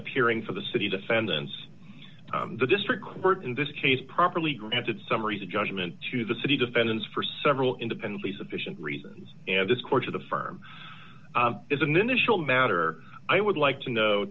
appearing for the city defendants the district court in this case properly granted summaries of judgment to the city defendants for several independently sufficient reasons and this course of the firm is an initial matter i would like to no